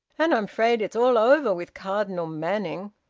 and i'm afraid it's all over with cardinal manning.